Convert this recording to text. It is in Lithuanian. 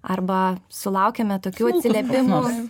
arba sulaukiame tokių atsiliepimų